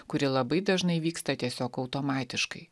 kuri labai dažnai vyksta tiesiog automatiškai